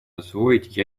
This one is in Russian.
освоить